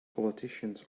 politicians